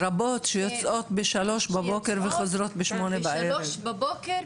רבות שיוצאות בשלוש בבוקר וחוזרות בשמונה בערב.